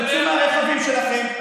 תצאו מהרכבים שלכם,